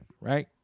Right